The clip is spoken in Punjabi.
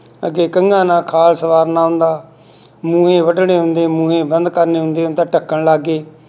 ਅੱਗੇ ਕਹੀਆਂ ਨਾਲ ਖਾਲ ਸੰਵਾਰਨਾ ਹੁੰਦਾ ਮੂਹੇ ਵੱਢਣੇ ਹੁੰਦੇ ਮੂਹੇ ਬੰਦ ਕਰਨੇ ਹੁੰਦੇ ਹੁਣ ਤਾਂ ਢੱਕਣ ਲੱਗ ਗਏ